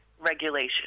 regulation